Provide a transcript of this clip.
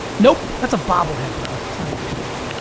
nope, that's a bobble head, bro. that's not an action figure.